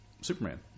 Superman